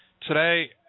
today